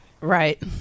Right